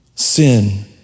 Sin